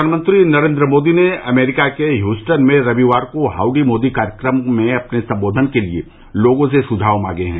प्रधानमंत्री नरेन्द्र मोदी ने अमरीका के ह्यूस्टन में रविवार को हाउडी मोदी कार्यक्रम में अपने संबोधन के लिए लोगों से सुझाव मांगे हैं